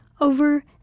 over